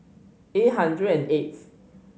eight hundred and eighth